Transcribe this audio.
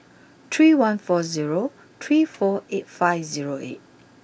three one four zero three four eight five zero eight